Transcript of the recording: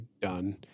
done